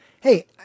Hey